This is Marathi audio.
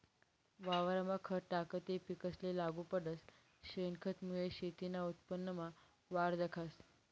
वावरमा खत टाकं ते पिकेसले लागू पडस, शेनखतमुये शेतीना उत्पन्नमा वाढ दखास